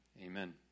Amen